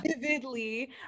vividly